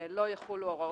לא יחולו הוראות".